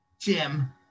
Jim